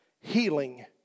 Healing